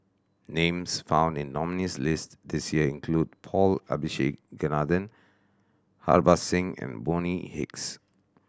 names found in the nominees' list this year include Paul Abisheganaden Harbans Singh and Bonny Hicks